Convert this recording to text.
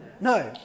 No